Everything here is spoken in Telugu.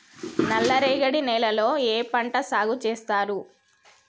నల్లరేగడి నేలల్లో ఏ పంట సాగు చేస్తారు?